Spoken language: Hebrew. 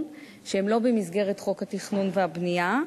שהם לא במסגרת חוק התכנון והבנייה.